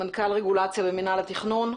סמנכ"ל רגולציה במינהל התכנון.